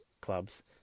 clubs